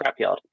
scrapyard